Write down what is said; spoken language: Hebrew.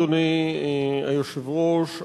אדוני היושב-ראש,